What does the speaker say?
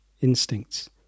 instincts